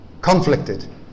Conflicted